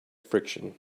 friction